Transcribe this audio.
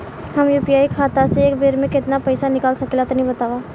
हम यू.पी.आई खाता से एक बेर म केतना पइसा निकाल सकिला तनि बतावा?